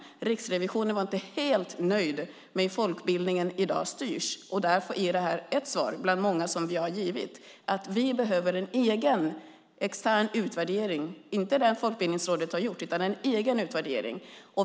Riksrevisionen var inte helt nöjd med hur folkbildningen i dag styrs, och därför är det här ett svar bland många som vi har givit. Vi behöver en egen, extern utvärdering - inte den som Folkbildningsrådet har gjort utan en egen utvärdering.